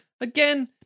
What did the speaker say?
Again